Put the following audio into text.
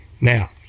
Now